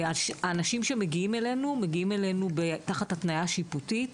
האנשים שמגיעים אלינו מגיעים תחת התניה שיפוטית,